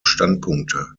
standpunkte